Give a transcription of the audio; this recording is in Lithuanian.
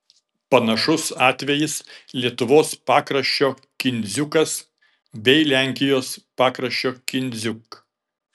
panašus atvejis lietuvos pakraščio kindziukas bei lenkijos pakraščio kindziuk